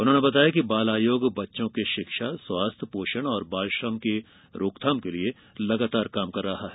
उन्होंने बताया कि बाल आयोग बच्चों के शिक्षा स्वास्थ्य पोषण और बालश्रम की रोकथाम के लिए लगातार कार्य कर रहा है